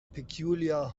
peculiar